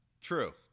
true